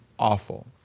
awful